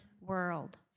world